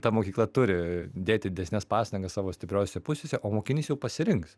ta mokykla turi dėti didesnes pastangas savo stipriosiose pusėse o mokinys jau pasirinks